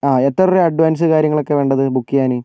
ആ എത്ര രൂപയാണ് അഡ്വാൻസും കാര്യങ്ങളൊക്കേ വേണ്ടത് ബുക്ക് ചെയ്യാന്